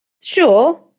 Sure